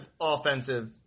offensive